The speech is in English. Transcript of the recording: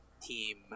team